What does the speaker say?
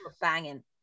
banging